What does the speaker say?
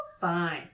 fine